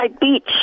Beach